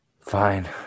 Fine